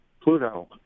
Pluto